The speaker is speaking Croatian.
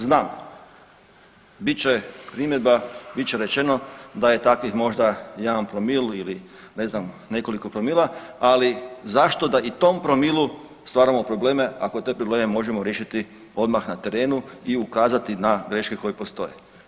Znam, bit će primjedba, bit će rečeno da je takvih možda 1 promil ili ne znam, nekoliko promila, ali zašto da i tom promilu stvaramo probleme ako te probleme možemo riješiti odmah na terenu i ukazati na greške koje postoje.